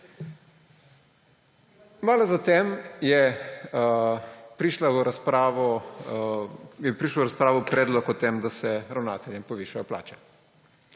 Malo zatem je prišel v razpravo predlog o tem, da se ravnateljem povišajo plače.